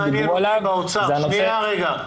לאוצר,